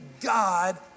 God